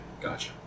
Gotcha